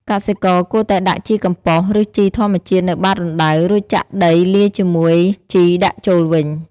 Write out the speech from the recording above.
កសិករគួរតែដាក់ជីកំប៉ុស្ត ឬជីធម្មជាតិនៅបាតរណ្ដៅ រួចចាក់ដីលាយជាមួយជីដាក់ចូលវិញ។